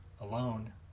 alone